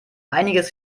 einiges